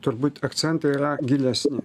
turbūt akcentai yra gilesni